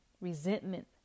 resentment